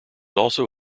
also